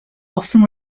often